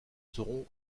seront